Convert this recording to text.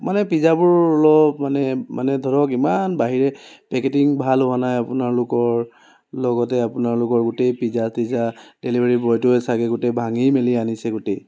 মানে পিজ্জাবোৰ অলপ মানে মানে ধৰক ইমান বাহিৰে পেকেটিং ভাল হোৱা নাই আপোনালোকৰ লগতে আপোনালোকৰ গোটেই পিজ্জা তিজা ডেলিভাৰি বয়টোৱে চাগে ভাঙি মেলি আনিছে গোটেই